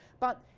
but,